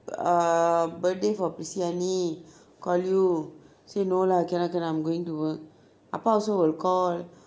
ah birthday for prissy அண்ணி:anni call you say no lah cannot cannot I'm going to work அப்பா:appa also will call